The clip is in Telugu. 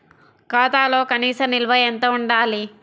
ఖాతాలో కనీస నిల్వ ఎంత ఉండాలి?